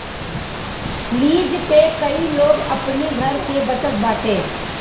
lease पे कई लोग अपनी घर के बचत बाटे